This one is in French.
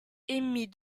émis